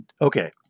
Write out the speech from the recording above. Okay